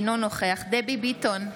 אינו נוכח דבי ביטון,